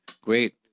great